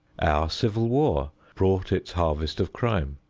our civil war brought its harvest of crime.